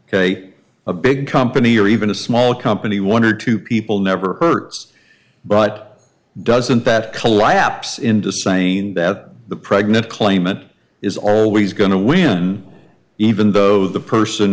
ok a big company or even a small company one or two people never hurts but doesn't that collapse into saying that the pregnant claimant is always going to win even though the person